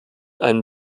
einen